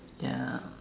ya